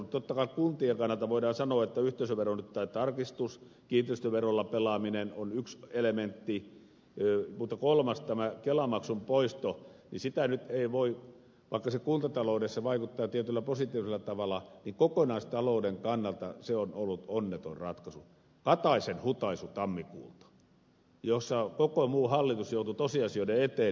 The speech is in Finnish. totta kai kuntien kannalta voidaan sanoa että yhteisöveron tarkistus ja kiinteistöverolla pelaaminen ovat eräitä elementtejä mutta kolmas tämä kelamaksun poisto vaikka se kuntataloudessa vaikuttaa tietyllä positiivisella tavalla kokonaistalouden kannalta on ollut onneton ratkaisu kataisen hutaisu tammikuulta jossa koko muu hallitus joutui tosiasioiden eteen